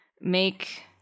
make